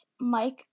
Mike